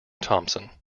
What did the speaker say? thompson